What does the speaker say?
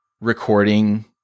recording